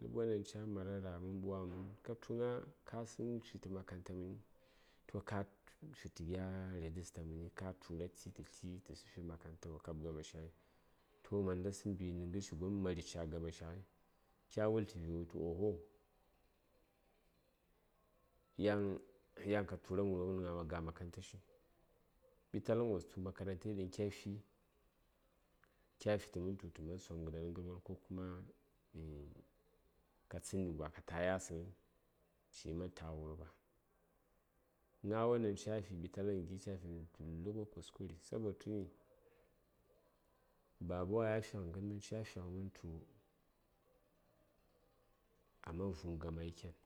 ləbwon ɗaŋ ca mara ra: mən ɓwaghən mən katu gna kasəŋ fitə makaranta mani toh ka fitə gya register məni ka tura ti tə yli tə fi makaranta ɗan wo kab gamashi ghai toh mana sən mbini ghəshi gon mari ca gamashi ghai kya wultə vi: wultu oh oh yan ka turam wurɓa mənɗiŋ ma ga makarantashi ɓitalghən wos tu makarantai ɗan ca fi ca fi tə man don tu təman somghəɗa nə ghərwon kuma ka tsənni gwa kə ta: yasəŋyi ciyi man taghə wurɓa, gnawon ɗan ca fi ɓitalghən gi ca fini dullughə kuskuri sabo tə ni? babwa ya fighə ghən mən ca fighə mən tu a man vwum gamai ken